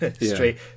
straight